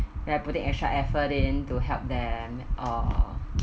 you're putting extra effort in to help them or